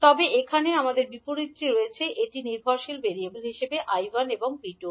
তবে এখানে আমাদের বিপরীতটি রয়েছে এটি নির্ভরশীল ভেরিয়েবল হিসাবে 𝐈1 এবং 𝐕2